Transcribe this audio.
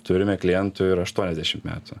turime klientų ir aštuoniasdešimt metų